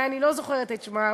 אני לא זוכרת את שמה,